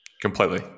Completely